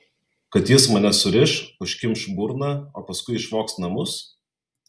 kad jis mane suriš užkimš burną o paskui išvogs namus